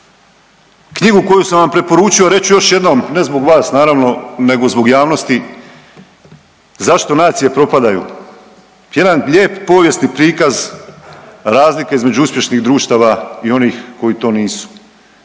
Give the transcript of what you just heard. Knjigu koju sam vam preporučio reći ću još jednom ne zbog vas naravno, nego zbog javnosti zašto nacije propadaju. Jedan lijep povijesni prikaz razlike između uspješnih društava i onih koji to nisu.